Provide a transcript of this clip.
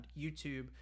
YouTube